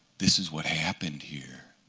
this is what happened here.